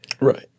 Right